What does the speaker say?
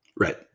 right